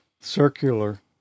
circular